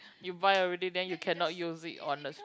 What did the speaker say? you buy already then you cannot use it on the